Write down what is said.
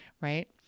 right